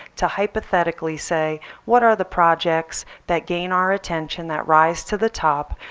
to hypothetically say what are the projects that gain our attention, that rise to the top,